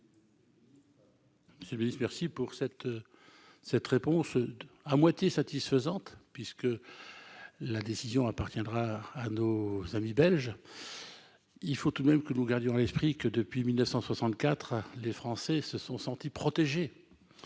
C'est le dix, merci pour cette cette réponse à moitié satisfaisante puisque la décision appartiendra à nos amis belges, il faut tout de même que nous gardions l'esprit que, depuis 1964 les Français se sont sentis protégés